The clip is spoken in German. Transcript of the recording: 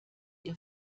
ihr